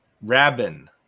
Rabin